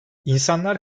i̇nsanlar